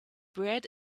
bread